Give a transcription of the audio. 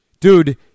Dude